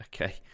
Okay